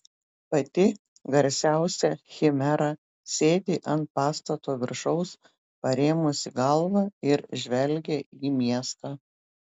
pati garsiausia chimera sėdi ant pastato viršaus parėmusi galvą ir žvelgia į miestą